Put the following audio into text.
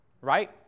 right